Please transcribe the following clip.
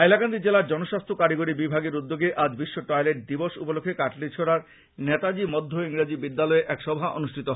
হাইলাকান্দি জেলার জনস্বাস্থ্য কারিগরী বিভাগের উদ্যোগে আজ বিশ্ব টয়লেট দিবস উপলক্ষ্যে কাটলিছড়ার নেতাজী মধ্য ইংরাজী বিদ্যালয়ে এক সভা অনুষ্ঠিত হয়